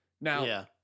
Now